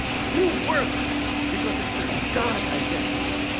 you work because it's your god identity.